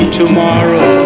tomorrow